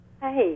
Hi